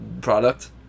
product